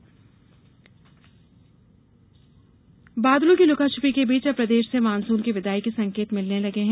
मौसम बादलों की लुका छिपी के बीच अब प्रदेश से मानसून के विदाई के संकेत मिलने लगे हैं